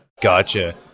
Gotcha